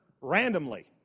randomly